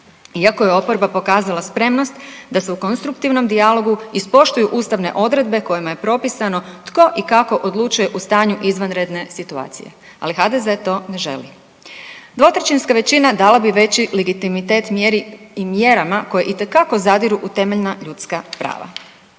iako je oporba pokazala spremnost da se u konstruktivnom dijalogu ispoštuju ustavne odredbe kojima je propisano tko i kako odlučuje u stanju izvanredne situacije, ali HDZ to ne želi. Dvotrećinska većina dala bi veći legitimitet mjeri i mjerama koje itekako zadiru u temeljna ljudska prava.